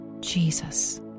Jesus